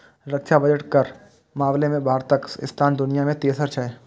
रक्षा बजट केर मामला मे भारतक स्थान दुनिया मे तेसर छै